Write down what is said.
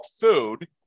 food